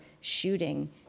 shooting